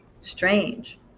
strange